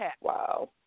Wow